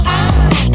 eyes